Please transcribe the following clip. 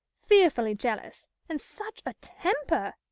fearfully jealous, and such a temper!